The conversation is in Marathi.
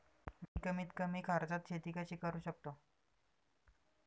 मी कमीत कमी खर्चात शेती कशी करू शकतो?